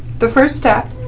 the first step,